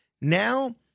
Now